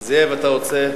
זאב, אתה רוצה,